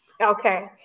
okay